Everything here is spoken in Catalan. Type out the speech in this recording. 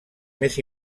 més